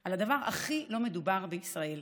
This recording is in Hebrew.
על הדבר הכי כי לא מדובר בישראל.